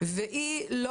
והיא לא